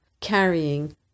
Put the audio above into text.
carrying